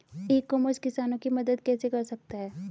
ई commerce किसानों की मदद कैसे कर सकता है?